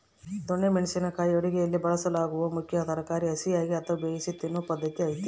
ದೊಣ್ಣೆ ಮೆಣಸಿನ ಕಾಯಿ ಅಡುಗೆಯಲ್ಲಿ ಬಳಸಲಾಗುವ ಮುಖ್ಯ ತರಕಾರಿ ಹಸಿಯಾಗಿ ಅಥವಾ ಬೇಯಿಸಿ ತಿನ್ನೂ ಪದ್ಧತಿ ಐತೆ